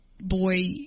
boy